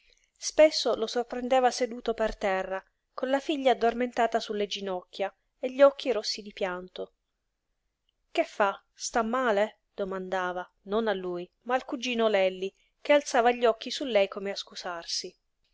spesso lo sorprendeva seduto per terra con la figlia addormentata su le ginocchia e gli occhi rossi di pianto che fa sta male domandava non a lui ma al cugino lelli che alzava gli occhi su lei come a scusarsi